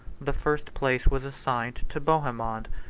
the first place was assigned to bohemond,